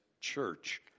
church